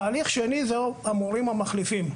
תהליך שני הוא המורים המחליפים.